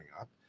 up